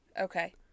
Okay